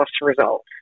results